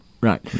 Right